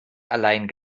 allein